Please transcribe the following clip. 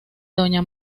doña